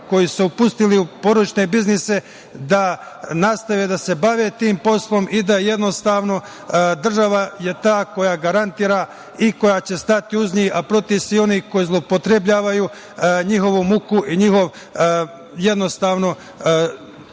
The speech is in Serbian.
koji su se upustili u porodične biznise, da nastave da se bave tim poslom i da je država ta koja garantira i koja će stati uz njih, a protiv svih onih koji zloupotrebljavaju njihovu muku i njihov rad i trud da